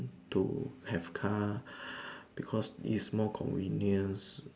to have car because its more convenient